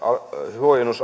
huojennus